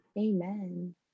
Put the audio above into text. Amen